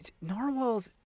Narwhals